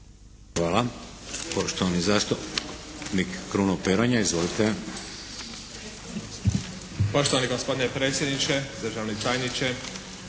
Hvala. Poštovani zastupnik Kruno Peronja. Izvolite. **Peronja, Kruno (HDZ)** Poštovani gospodine predsjedniče, državni tajniče.